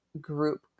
group